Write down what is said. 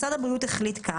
משרד הבריאות החליט כך,